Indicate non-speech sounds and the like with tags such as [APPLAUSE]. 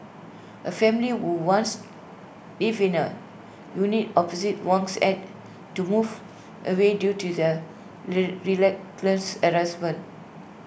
A family who once lived in A unit opposite Wang's had to move away due to the [UNINTELLIGIBLE]